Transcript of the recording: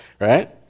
right